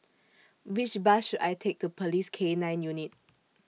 Which Bus should I Take to Police K nine Unit